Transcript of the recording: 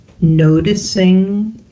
noticing